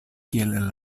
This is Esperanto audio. kiel